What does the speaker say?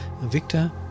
Victor